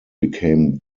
became